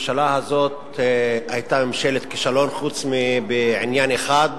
הממשלה הזאת היתה ממשלת כישלון, חוץ מעניין אחד,